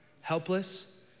helpless